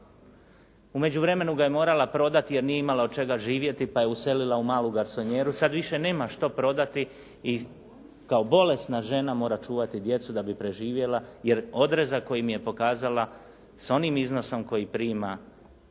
U međuvremenu ga je morala prodati jer nije imala od čega živjeti pa je uselila u malu garsonjeru. Sad više nema što prodati i kao bolesna žena mora čuvati djecu da bi preživjela jer odrezak koji mi je pokazala s onim iznosom koji prima